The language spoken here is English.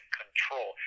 control